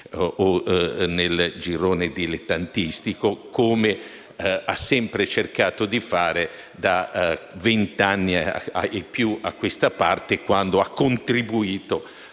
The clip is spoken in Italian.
o nel girone dilettantistico, come ha sempre cercato di fare da vent'anni e più a questa parte, quando ha contribuito